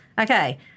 Okay